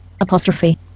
Apostrophe